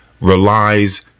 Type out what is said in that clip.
relies